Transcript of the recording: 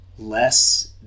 Less